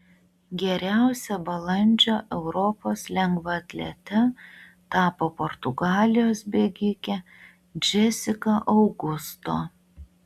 geriausia balandžio europos lengvaatlete tapo portugalijos bėgikė džesika augusto